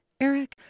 Eric